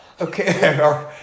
Okay